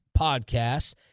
podcast